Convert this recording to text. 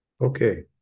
Okay